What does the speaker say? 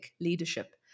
leadership